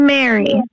Mary